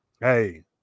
Hey